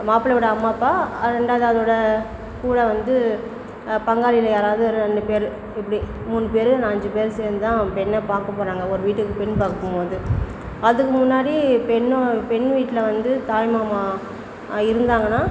மாப்பிளையோடய அம்மா அப்பா ரெண்டாவது அதோட கூட வந்து பங்காளியில யாராவது ரெண்டுப் பேர் இப்படி மூணுப் பேர் இல்லை அஞ்சுப் பேர் சேர்ந்து தான் பெண்ணை பார்க்கப் போகிறாங்க ஒரு வீட்டுக்கு பெண் பார் க்க போகும்போது அதுக்கு முன்னாடி பெண்ணு பெண் வீட்டில வந்து தாய்மாமா இருந்தாங்கன்னா